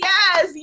Yes